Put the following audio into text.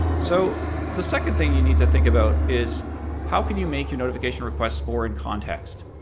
so the second thing you need to think about is, how can you make your notification requests more in context?